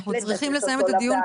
אנחנו צריכים לסיים את הדיון,